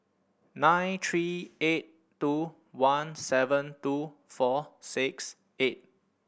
nine three eight two one seven two four six eight